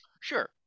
sure